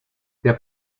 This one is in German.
der